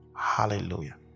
hallelujah